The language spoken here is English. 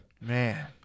Man